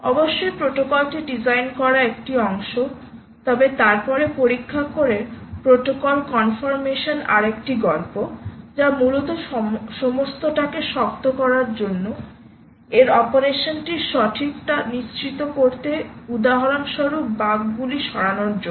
অবশ্যই প্রোটোকলটি ডিজাইন করা একটি অংশ তবে তারপরে পরীক্ষা করে প্রোটোকল কনফরমেশন আরেকটি গল্প যা মূলত সমস্তটাকে শক্ত করার জন্য এর অপারেশনটির সঠিকতা নিশ্চিত করতে উদাহরণস্বরূপ বাগ গুলি সরানোর জন্য